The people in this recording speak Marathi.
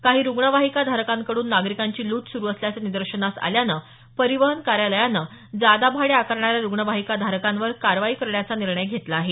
काही रुग्णवाहिका धारकांकडून नागरिकांची लूट सुरु असल्याचं निदर्शनास आल्यानं परिवहन कार्यालयानं जादा भाडे आकारणाऱ्या रुग्णवाहिका धारकांवर कारवाई करण्याचा निर्णय घेतला आहे